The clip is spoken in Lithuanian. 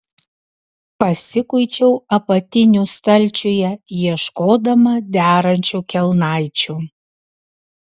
pasikuičiau apatinių stalčiuje ieškodama derančių kelnaičių